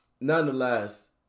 Nonetheless